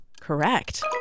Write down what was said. Correct